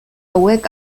hauek